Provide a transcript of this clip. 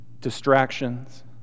distractions